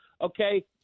Okay